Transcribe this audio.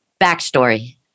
backstory